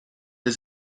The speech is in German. der